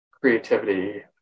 creativity